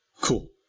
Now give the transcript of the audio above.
cool